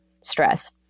stress